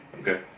Okay